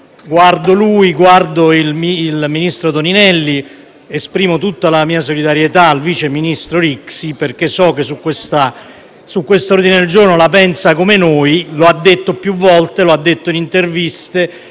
Guardo lui e guardo il ministro Toninelli; esprimo tutta la mia solidarietà al vice ministro Rixi, perché so che su questo ordine del giorno la pensa come noi: lo ha detto più volte, anche in interviste.